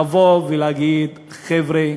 לבוא ולהגיד: חבר'ה,